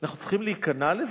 אנחנו צריכים להיכנע לזה?